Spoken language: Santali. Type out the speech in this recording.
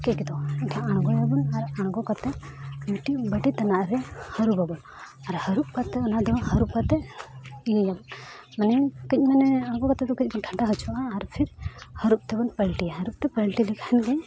ᱫᱚ ᱮᱱᱠᱷᱟᱱ ᱟᱬᱜᱚᱭᱟᱵᱚᱱ ᱟᱨ ᱟᱬᱜᱚ ᱠᱟᱛᱮᱫ ᱢᱤᱫᱴᱤᱡ ᱵᱟᱹᱴᱤ ᱛᱟᱱᱟᱜ ᱨᱮ ᱦᱟᱹᱨᱩᱵᱟᱵᱚᱱ ᱟᱨ ᱦᱟᱹᱨᱩᱵ ᱠᱟᱛᱮᱫ ᱚᱱᱟ ᱫᱚᱵᱚᱱ ᱦᱟᱹᱨᱩᱵ ᱠᱟᱛᱮᱫ ᱤᱭᱟᱹᱭ ᱟᱵᱚᱱ ᱢᱟᱱᱮ ᱠᱟᱹᱡ ᱢᱟᱱᱮ ᱟᱬᱜᱚ ᱠᱟᱛᱮᱫ ᱫᱚ ᱠᱟᱹᱡ ᱴᱷᱟᱱᱰᱟ ᱦᱚᱪᱚᱣᱟᱜᱼᱟ ᱟᱨ ᱯᱷᱤᱨ ᱦᱟᱹᱨᱩᱵ ᱛᱮᱵᱚᱱ ᱯᱟᱞᱴᱤᱭᱟ ᱦᱟᱹᱨᱩᱵ ᱛᱮ ᱯᱟᱞᱴᱤ ᱞᱮᱠᱷᱟᱱ ᱜᱮ